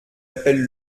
appelle